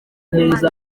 neza